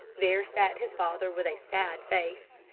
there sat his father with a sad face.